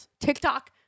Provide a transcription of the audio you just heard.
TikTok